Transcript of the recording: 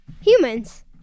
Humans